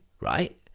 right